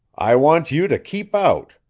i want you to keep out.